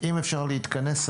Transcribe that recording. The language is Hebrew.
אם אפשר להתכנס,